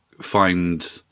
find